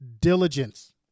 diligence